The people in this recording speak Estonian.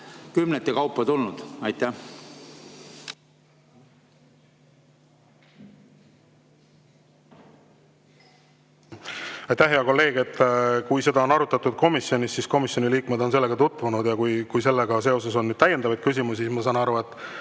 kümnete kaupa tulnud? Aitäh, hea kolleeg! Kui seda on arutatud komisjonis, siis komisjoni liikmed on sellega tutvunud. Ja kui sellega seoses on täiendavaid küsimusi, siis, ma saan aru,